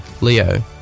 Leo